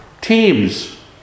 teams